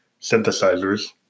synthesizers